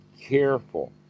careful